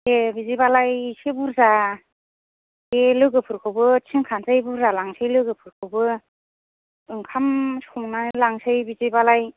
दे बिदिबालाय एसे बुरजा बे लोगोफोरखौबो थिनखानोसै बुरजा लांनोसै लोगोफोरखौबो ओंखाम संना लांनोसै बिदिबालाय